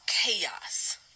chaos